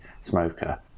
smoker